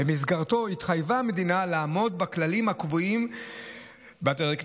ובמסגרתו התחייבה המדינה לעמוד בכללים הקבועים בדירקטיבה